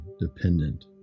dependent